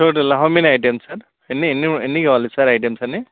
total how many items sir ఎన్ని ఎన్ని ఎన్ని కావాలి సార్ ఐటమ్స్ అన్నీ